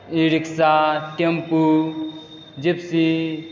E rickshaw tempo Gypsy